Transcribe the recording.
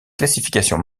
classifications